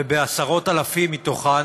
עשרות אלפים מתוכן